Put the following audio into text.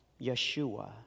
Yeshua